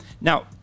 Now